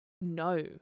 no